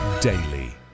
daily